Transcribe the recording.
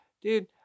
Dude